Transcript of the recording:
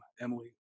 Emily